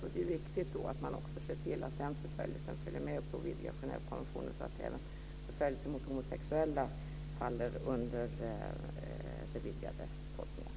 Det är viktigt att se till att den förföljelsen följer med när man vidgar Genèvekonventionen så att även förföljelse mot homosexuella faller under den vidgade tolkningen.